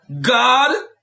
God